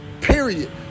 period